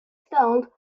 spelled